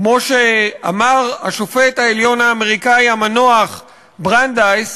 כמו שאמר שופט בית-המשפט העליון האמריקני המנוח ברנדייס: